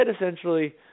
essentially